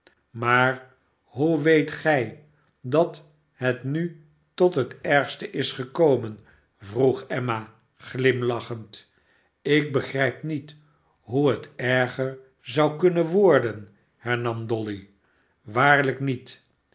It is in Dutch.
maar hoe weet gij dat het nu tot het ergste is gekomen vroeg emma glimlachend ik begrijp niet hoe het erger zou kunnen worden hernam dolly waarlijk niet